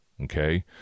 Okay